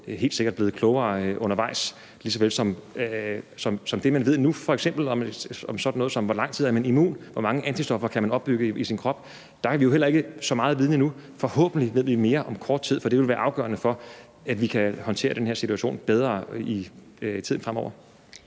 helt sikkert blevet klogere undervejs, f.eks. det, man ved nu, om, hvor lang tid man er immun, og hvor mange antistoffer man kan opbygge i sin krop. Der har vi jo heller ikke så meget viden endnu. Vi ved forhåbentlig mere om kort tid, for det vil være afgørende for, at vi bedre kan håndtere den her situation i tiden fremover.